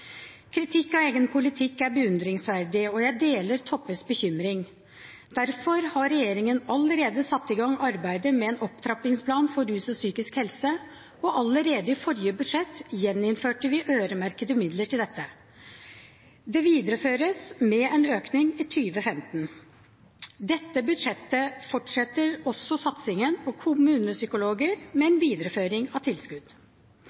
Kritikk av egen politikk er beundringsverdig, og jeg deler Toppes bekymring. Derfor har regjeringen allerede satt i gang arbeidet med en opptrappingsplan for rus og psykisk helse, og allerede i forrige budsjett gjeninnførte vi øremerkede midler til dette. Dette videreføres med en økning i 2015. Dette budsjettet fortsetter også satsingen på kommunepsykologer med en videreføring av tilskudd.